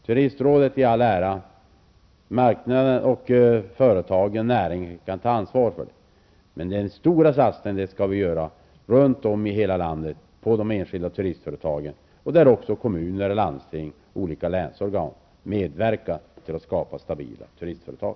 Turistrådet i all ära -- marknaden, företagen och näringen kan ta ansvar, och den stora satsningen skall göras runt om i landet på de enskilda turistföretagen. Kommuner, landsting och olika länsorgan skall medverka till att skapa stabila turistföretag.